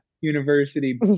University